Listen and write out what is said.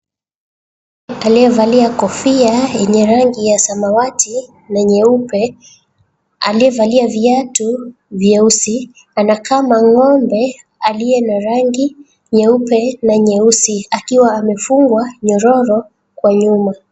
Aliyevalia kofia yenye rangi ya samawati na nyeupe. Aliyevalia viatu vyeusi, anakama ng'ombe aliye na rangi nyeupe na nyeusi, akiwa amefungwa nyororo kwa nyuma.